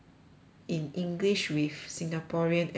in english with singaporean accent